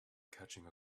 catching